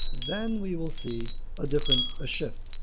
then we will see a different a shift.